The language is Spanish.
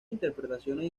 interpretaciones